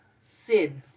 SIDS